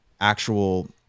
actual